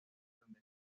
donde